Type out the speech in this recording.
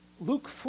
Luke